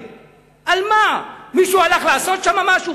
על מה הם באו להגן?